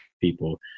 people